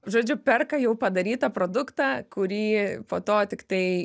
žodžiu perka jau padarytą produktą kurį po to tiktai